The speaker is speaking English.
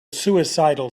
suicidal